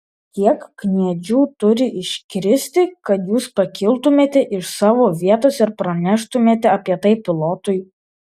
kiek kniedžių turi iškristi kad jūs pakiltumėte iš savo vietos ir praneštumėte apie tai pilotui